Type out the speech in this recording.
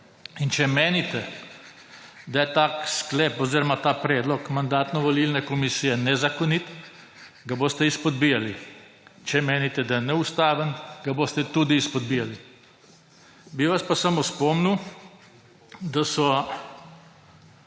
In če menite, da je tak sklep oziroma ta predlog Mandatno-volilne komisije nezakonit, da boste izpodbijali. Če menite, da je neustaven, ga boste tudi izpodbijali. Bi vas pa samo spomnil, da so,